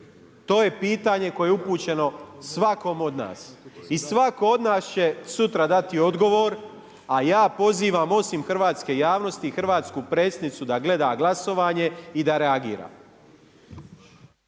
To je pitanje koje je upućeno svakom od nas. I svatko od nas će sutra dati odgovor, a ja pozivam osim hrvatske javnosti hrvatsku predsjednicu da gleda glasovanje i da reagira.